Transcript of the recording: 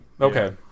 okay